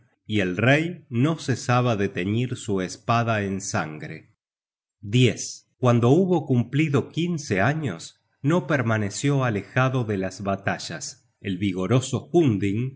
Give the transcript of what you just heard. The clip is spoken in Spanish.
y el rey no cesaba de teñir su espada en sangre cuando hubo cumplido quince años no permaneció alejado de las batallas el vigoroso hunding